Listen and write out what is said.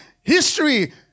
history